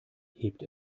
hebt